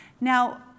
Now